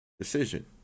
decision